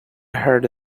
heard